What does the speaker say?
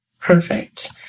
Perfect